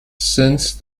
since